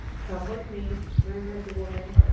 come with me, murmured the woman.